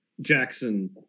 Jackson